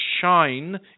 shine